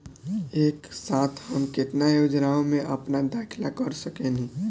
एक साथ हम केतना योजनाओ में अपना दाखिला कर सकेनी?